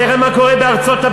תראה מה קורה בארצות-הברית,